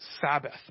sabbath